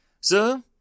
Sir